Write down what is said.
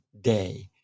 day